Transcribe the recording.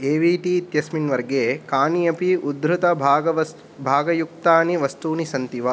ए V T इत्यस्मिन् वर्गे कानि अपि उद्धृतभागवस् भागयुक्तानि वस्तूनि सन्ति वा